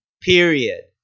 period